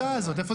זה